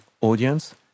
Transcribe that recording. audience